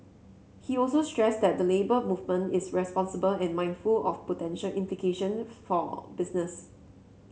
he also stressed that the Labour Movement is responsible and mindful of potential implication for business